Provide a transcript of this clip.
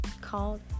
called